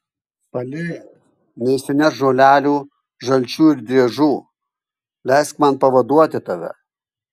palik neišsinešk žolelių žalčių ir driežų leisk man pavaduoti tave